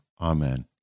Amen